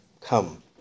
come